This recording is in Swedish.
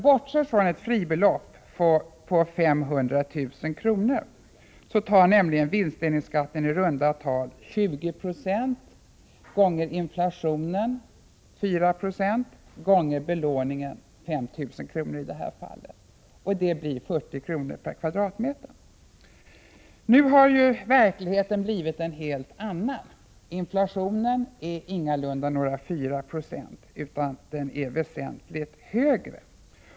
Bortsett från ett fribelopp på 500 000 kr. tar nämligen vinstdelningsskatten i runda tal 20 96 av inflationen på 490 X belåningen, i det här fallet 5 000 kr. Det blir 40 kr. per kvadratmeter. Nu har verkligheten blivit en helt annan. Inflationen är ingalunda 4 96, utan den är väsentligt högre.